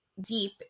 deep